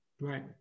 Right